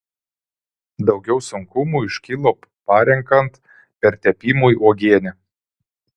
daugiau sunkumų iškilo parenkant pertepimui uogienę